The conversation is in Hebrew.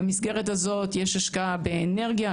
במסגרת הזאת יש השקעה באנרגיה,